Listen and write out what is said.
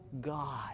God